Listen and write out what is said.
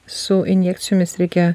su injekcijomis reikia